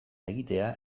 egitea